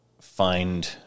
find